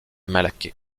malaquais